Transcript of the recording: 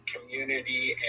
community